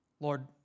Lord